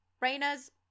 Reyna's